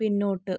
പിന്നോട്ട്